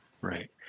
Right